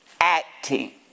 Acting